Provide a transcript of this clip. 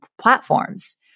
platforms